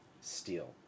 steel